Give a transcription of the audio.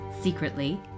secretly